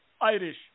Irish